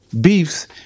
beefs